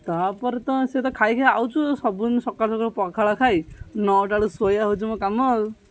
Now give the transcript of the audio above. ତା'ପରେ ତ ସେ ତ ଖାଇ ଖାଇ ଆସୁଛୁ ସବୁଦିନ ସକାଳୁ ସକାଳୁ ପଖାଳ ଖାଇ ନଅଟା ବେଳୁ ଶୋଇବା ହେଉଛି ମୋ କାମ ଆଉ